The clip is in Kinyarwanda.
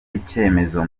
icyemezo